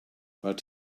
but